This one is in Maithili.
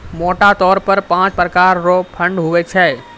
मोटा तौर पर पाँच प्रकार रो फंड हुवै छै